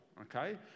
Okay